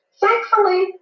Thankfully